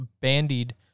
bandied